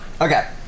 Okay